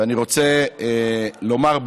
ואני רוצה לומר,